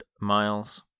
miles